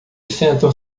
sentam